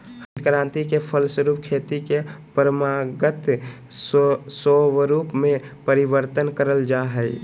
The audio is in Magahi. हरित क्रान्ति के फलस्वरूप खेती के परम्परागत स्वरूप में परिवर्तन करल जा हइ